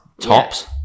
tops